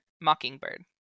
mockingbird